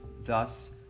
Thus